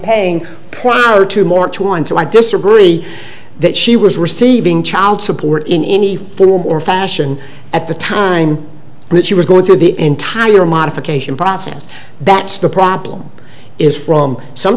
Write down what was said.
paying per hour to more to until i disagree that she was receiving child support in any form or fashion at the time and that she was going through the entire modification process that's the problem is from some